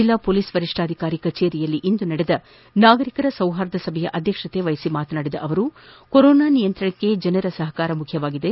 ಜಿಲ್ಲಾ ಪೊಲೀಸ್ ವರಿಷ್ಠಾಧಿಕಾರಿ ಕಚೇರಿಯಲ್ಲಿಂದು ನಡೆದ ನಾಗರಿಕರ ಸೌಹಾರ್ಧ ಸಭೆಯ ಅಧ್ಯಕ್ಷತೆ ವಹಿಸಿ ಮಾತನಾಡಿದ ಅವರು ಕೊರೊನಾ ನಿಯಂತ್ರಣಕ್ಕೆ ಜನರ ಸಹಕಾರ ಮುಖ್ಯವಾಗಿದೆ